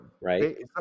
right